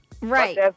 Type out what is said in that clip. Right